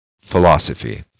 philosophy